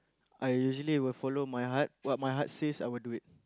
I usually will follow my heart what my heart says I will do it